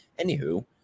anywho